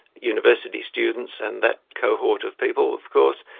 university students and that cohort of people of course,